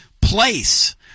place